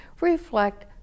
reflect